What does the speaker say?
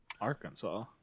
Arkansas